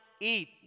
eat